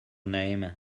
name